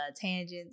tangents